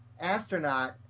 astronaut